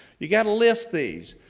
you've got to list these.